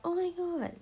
oh my god